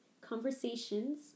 conversations